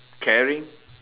caring